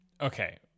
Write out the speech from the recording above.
Okay